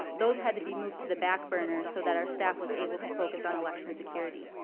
those had to be moved to the back burner so that or staff was able to focus on election security.